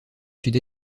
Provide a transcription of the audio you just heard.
sud